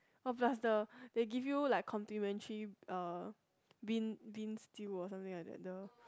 oh plus the they give you like complimentary uh bean bean stew or something like the